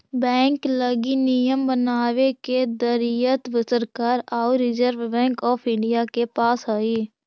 bank लगी नियम बनावे के दायित्व सरकार आउ रिजर्व बैंक ऑफ इंडिया के पास हइ